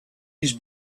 his